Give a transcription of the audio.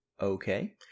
Okay